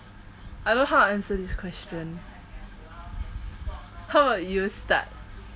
I don't know how to answer this question how about you start